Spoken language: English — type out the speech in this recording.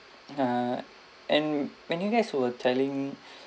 uh and when you guys were telling